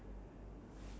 ya